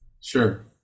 Sure